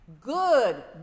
good